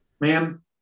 Ma'am